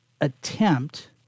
attempt